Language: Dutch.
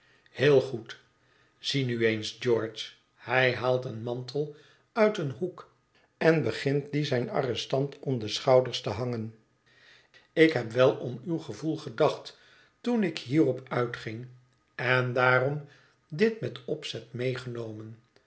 heel goed zie nu eens george hij haalt een mantel uit een hoek en begint dien zijn arrestant om de schouders te hangen ik heb wel om uw gevoel gedacht toen ik hierop uitging en daarom dit met opzet meegenomen